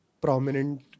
prominent